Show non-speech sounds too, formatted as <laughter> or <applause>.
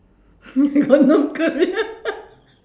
<laughs> got no career <laughs>